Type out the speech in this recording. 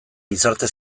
gizarte